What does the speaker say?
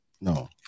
no